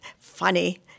funny